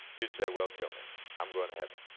you'd say, well kill me, i am going to heaven.